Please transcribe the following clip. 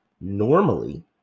Normally